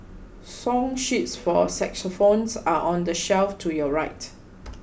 song sheets for xylophones are on the shelf to your right